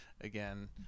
again